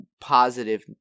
positive